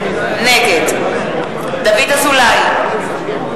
נגד דוד אזולאי,